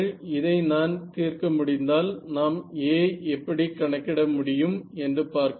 இதை நான் தீர்க்க முடிந்தால் நாம் A எப்படி கணக்கிட முடியும் என்று பார்க்கலாம்